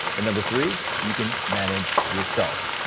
and number three, you can manage yourself.